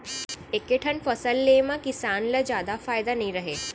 एके ठन फसल ले म किसान ल जादा फायदा नइ रहय